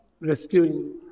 rescuing